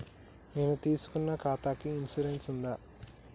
నేను తీసుకున్న ఖాతాకి ఇన్సూరెన్స్ ఉందా?